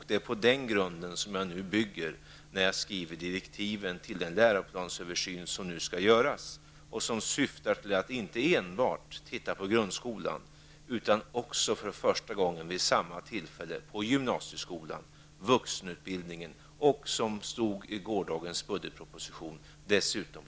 Det är på den grunden som jag bygger när jag skriver direktiven till den läroplansöversyn som skall göras, vars syfte inte är att titta enbart på grundskolan utan också, för första gången vid samma tillfälle, på gymnasieskolan, vuxenutbildningen och, som det står i den i går presenterade budgetpropositionen, förskolan.